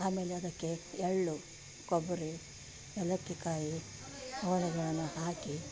ಆಮೇಲೆ ಅದಕ್ಕೆ ಎಳ್ಳು ಕೊಬ್ಬರಿ ಏಲಕ್ಕಿ ಕಾಯಿ ಅವೆಲ್ಲಗಳನ್ನು ಹಾಕಿ